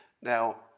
Now